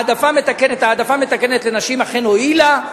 העדפה מתקנת לנשים אכן הועילה,